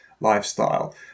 lifestyle